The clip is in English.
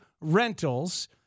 rentals